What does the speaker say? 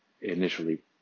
initially